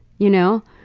you know.